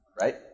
right